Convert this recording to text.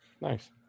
Nice